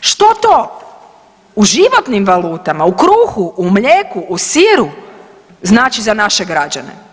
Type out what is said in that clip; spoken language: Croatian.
što to u životnim valutama, u kruhu, u mlijeku, u siru znači za naše građane.